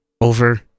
Over